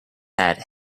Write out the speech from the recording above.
hat